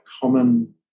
common